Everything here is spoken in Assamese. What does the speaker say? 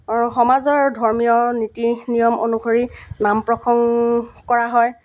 আৰু সমাজৰ ধৰ্মীয় নীতি নিয়ম অনুসৰি নাম প্ৰসংগ কৰা হয়